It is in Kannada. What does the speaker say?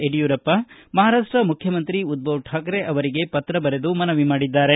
ಯಡಿಯೂರಪ್ಪ ಮಹಾರಾಷ್ಷ ಮುಖ್ಯಮಂತ್ರಿ ಉದ್ದವ್ ಠಾಕ್ರೆ ಅವರಿಗೆ ಪತ್ರ ಬರೆದು ಮನವಿ ಮಾಡಿದ್ದಾರೆ